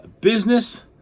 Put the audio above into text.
business